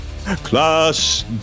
Class